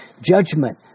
Judgment